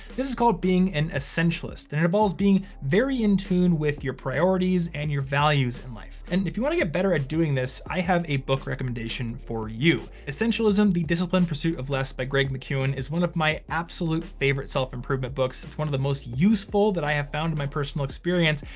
this is called being an essentialist. and it involves being very in tune with your priorities and your values in life. and if you wanna get better at doing this, i have a book recommendation for you. essentialism the disciplined pursuit of less by greg mckeown is one of my absolute favorite self improvement books, it's one of the most useful that i have found in my personal experience.